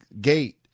gate